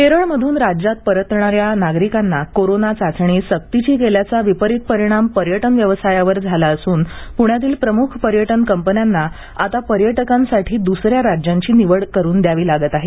केरळमध्रन राज्यात परतणाऱ्या नागरिकांना कोरोना चाचणी सक्तीची केल्याचा विपरीत परिणाम पर्यटन व्यवसायावर झाला असून पुण्यातील प्रमुख पर्यटन कंपन्यांना आता पर्यटकांसाठी दुसऱ्या राज्यांची निवड करून द्यावी लागत आहे